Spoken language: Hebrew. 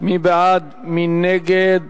מי בעד, מי נגד